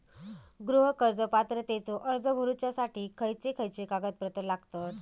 गृह कर्ज पात्रतेचो अर्ज भरुच्यासाठी खयचे खयचे कागदपत्र लागतत?